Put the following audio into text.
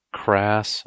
crass